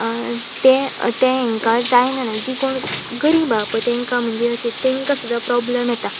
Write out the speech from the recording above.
तें तें हांकां जायना जी कोण गरीबा पळय तांकां म्हणजे अशें तांकां सुद्दा प्रोब्लम येता